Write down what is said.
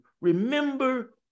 remember